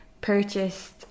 purchased